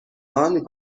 honey